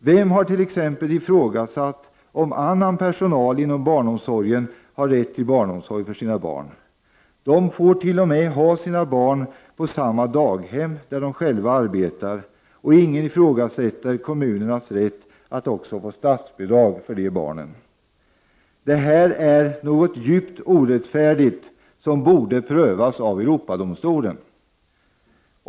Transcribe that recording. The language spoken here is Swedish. Vem har t.ex. ifrågasatt att annan personal inom barnomsorgen har rätt till barnomsorg för sina barn? De får t.o.m. ha sina barn på det daghem där de själva arbetar, och ingen ifrågasätter kommunernas rätt att få statsbidrag även för de barnen. Det här är något djupt orättfärdigt, och det borde prövas av Europadomstolen.